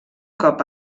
cop